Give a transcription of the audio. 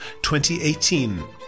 2018